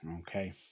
okay